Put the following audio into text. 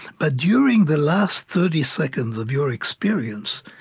but during the last thirty seconds of your experience,